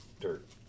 Dirt